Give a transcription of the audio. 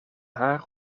haar